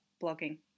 blogging